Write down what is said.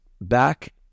back